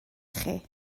chi